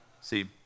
See